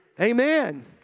Amen